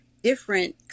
Different